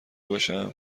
باشم